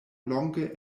longe